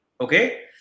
Okay